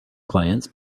clients